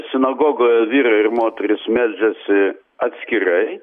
sinagogoje vyrai ir moterys meldžiasi atskirai